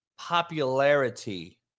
Popularity